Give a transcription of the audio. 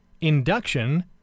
induction